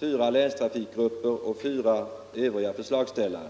4 länstrafikgrupper och 4 övriga förslagsställare.